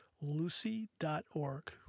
lucy.org